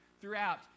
throughout